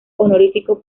honorífico